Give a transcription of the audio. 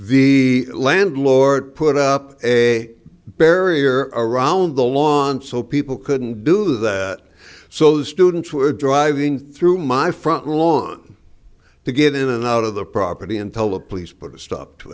the landlord put up a barrier around the lawn so people couldn't do that so the students were driving through my front lawn to get in and out of the property and tell the police put a stop to